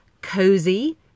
cozy